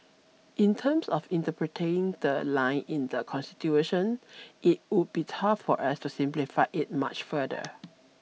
in terms of interpreting the line in the Constitution it would be tough for us to simplify it much further